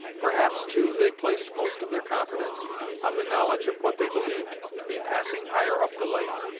perhaps, too, they placed most of their confidence on the knowledge of what they believed to be passing higher up the lake,